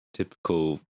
typical